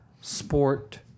sport